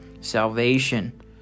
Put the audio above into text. salvation